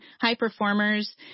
high-performers